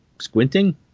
squinting